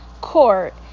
Court